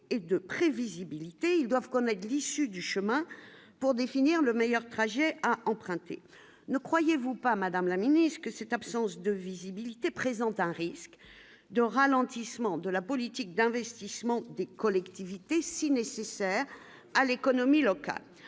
et de prévisibilité, ils doivent comme d'chute du chemin pour définir le meilleur trajet à emprunter, ne croyez-vous pas, Madame la Ministre, que cette absence de visibilité présentent un risque de ralentissement de la politique d'investissement des collectivités si nécessaire à l'économie locale,